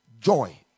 joy